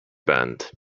band